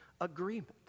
agreement